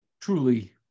truly